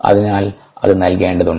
അതിനാൽ അത് നൽകേണ്ടതുണ്ട്